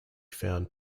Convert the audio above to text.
found